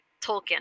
tolkien